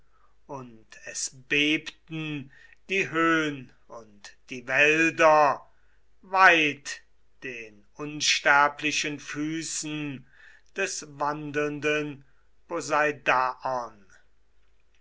und es bebten die höhn und die wälder weit den unsterblichen füßen des wandelnden